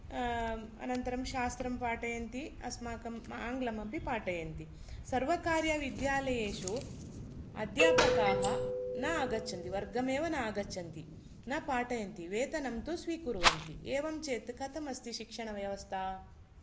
अनन्तरं शास्त्रं पाठयन्ति अस्माकम् आङ्ग्लमपि पाठयन्ति सर्वकार्यविद्यालयेषु अध्यापकाः न आगच्छन्ति वर्गमेव नागच्छन्ति न पाठयन्ति वेतनं तु स्वीकुर्वन्ति एवं चेत् कथमस्ति शिक्षणव्यवस्था